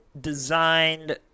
designed